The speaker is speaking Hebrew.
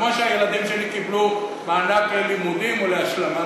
כמו שהילדים שלי קיבלו מענק ללימודים או להשכלה,